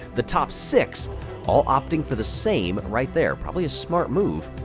the top six all opting for the same, right there. probably a smart move,